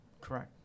Correct